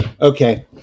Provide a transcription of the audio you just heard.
Okay